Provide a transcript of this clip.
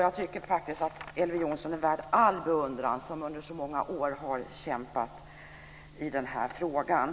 Jag tycker faktiskt att Elver Jonsson är värd all beundran, som under så många år har kämpat i den här frågan.